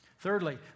Thirdly